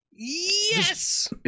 Yes